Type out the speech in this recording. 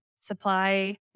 supply